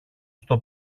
στο